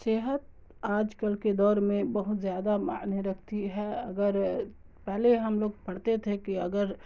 صحت آج کل کے دور میں بہت زیادہ معنی رکھتی ہے اگر پہلے ہم لوگ پڑھتے تھے کہ اگر